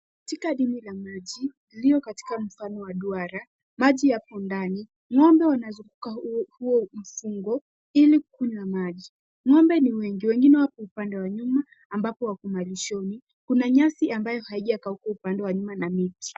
Katika dimbwi la maji ilio katika mfumo wa duara maji yapo ndani, ngombe wanazunguka huo mfungo ili kukunywa maji. Ngombe ni wengi wengine wako upande wa nyuma ambapo wako malishoni. Kuna nyasi ambayo haijakauka upande wa nyuma na miti.